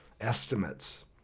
estimates